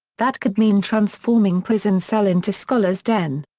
that could mean transforming prison cell into scholar's den.